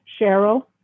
Cheryl